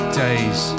days